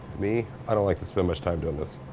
me, i don't like to spend much time doin' this.